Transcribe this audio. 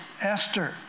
Esther